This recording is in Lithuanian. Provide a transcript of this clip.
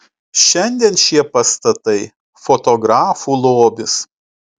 šiandien šie pastatai fotografų lobis